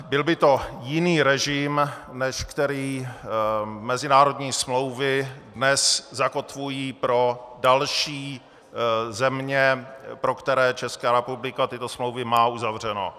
Byl by to jiný režim, než který mezinárodní smlouvy dnes zakotvují pro další země, pro které Česká republika tyto smlouvy má uzavřeny.